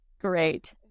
Great